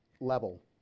level